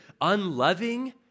unloving